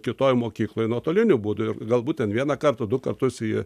kitoj mokykloj nuotoliniu būdu ir galbūt ten vieną kartą du kartus į